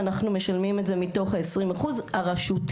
ואנחנו משלמים את זה מתוך ה-20% הרשותי,